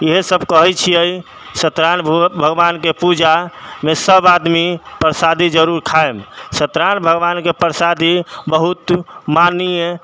इएह सभ कहैत छिऐ सत्य नारायण भगवानके पूजामे सभ आदमी प्रसादी जरुर खाएब सत्य नारायण भगवानके प्रसादी बहुत माननीय